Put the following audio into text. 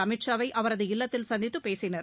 அமீத் ஷாவை அவரது இல்லத்தில் சந்தித்துப் பேசினர்